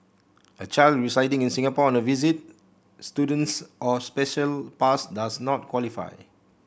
a child residing in Singapore on a visit student's or special pass does not qualify